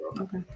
okay